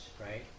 right